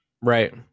Right